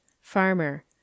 farmer